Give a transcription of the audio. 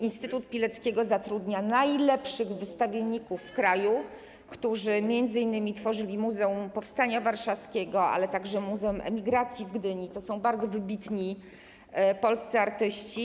Instytut Pileckiego zatrudnia najlepszych wystawienników w kraju, którzy m.in. tworzyli Muzeum Powstania Warszawskiego, ale także Muzeum Emigracji w Gdyni, to są bardzo wybitni polscy artyści.